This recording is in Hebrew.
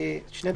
שונים.